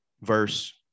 verse